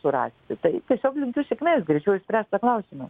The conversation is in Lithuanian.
surasti tai tiesiog linkiu sėkmės greičiau išspręt tą klausimą